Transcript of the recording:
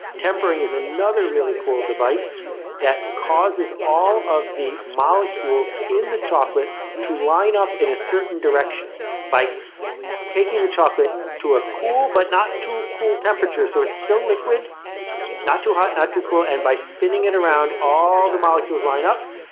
tempering is another really cool device that causes all of the molecules in the chocolate to line up in a certain direction by taking the chocolate to a cool but not too cool temperature so it's still liquid not too hot, not too cool and by spinning it around, all the molecules line up.